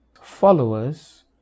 followers